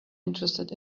interested